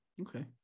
okay